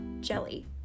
Jelly